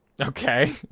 Okay